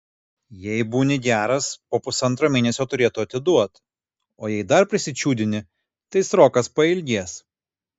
jei būni geras po pusantro mėnesio turėtų atiduot o jei dar prisičiūdini tai srokas pailgės